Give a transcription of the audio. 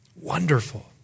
Wonderful